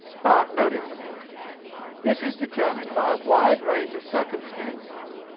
but, notice this is determined by a wide range of circumstances